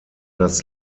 das